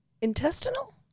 Intestinal